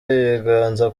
ibiganza